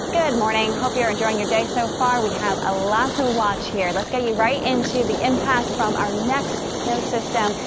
good morning. hope you're enjoying your day so far. we have a lot to watch here. let's get you right into the impact from our next snow system,